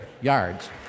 yards